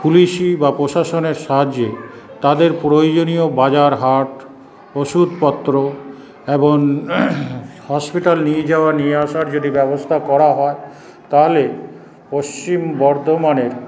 পুলিশি বা প্রশাসনের সাহায্যে তাদের প্রয়োজনীয় বাজার হাট ওষুধপত্র এবং হসপিটাল নিয়ে যাওয়া নিয়ে আসার যদি ব্যবস্থা করা হয় তাহলে পশ্চিম বর্ধমানের